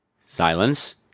Silence